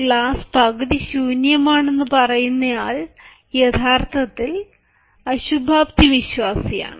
glass പകുതി ശൂന്യമാണെന്ന് പറയുന്നയാൾ യഥാർത്ഥത്തിൽ അശുഭാപ്തിവിശ്വാസിയാണ്